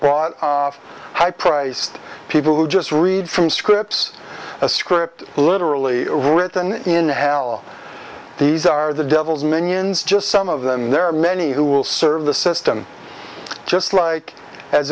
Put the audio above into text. of high priced people who just read from scripts a script literally written in hell these are the devil's minions just some of them there are many who will serve the system just like as